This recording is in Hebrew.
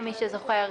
למי שזוכר,